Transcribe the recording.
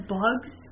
bugs